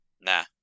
nah